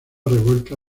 revuelta